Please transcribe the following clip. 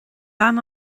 bean